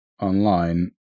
online